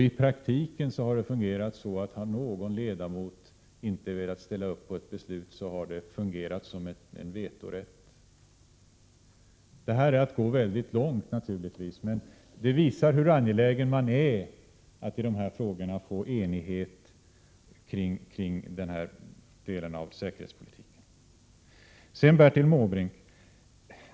Om någon ledamot i praktiken inte har velat ställa upp på ett beslut, har det fungerat som vetorätt. Detta är naturligtvis att gå mycket långt, men det visar hur angelägen man är om att få enighet kring den här delen av säkerhetspolitiken.